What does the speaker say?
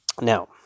Now